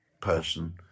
person